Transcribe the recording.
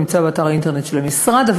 נמצא באתר האינטרנט של המשרד.